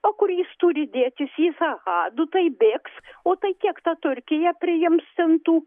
o kur jis turi dėtis jis aha nu tai bėgs o tai kiek ta turkija priims ten tų